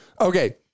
Okay